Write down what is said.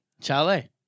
Chalet